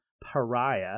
pariah